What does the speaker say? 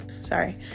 sorry